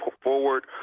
forward